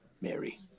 Mary